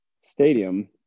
stadium